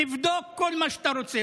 תבדוק כל מה שאתה רוצה.